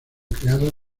creados